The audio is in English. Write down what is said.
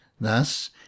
Thus